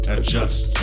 Adjust